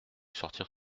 sortir